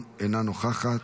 אינה נוכחת,